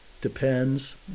Depends